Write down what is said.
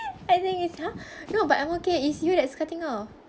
I think it's !huh! no but I'm okay it's you that's cutting off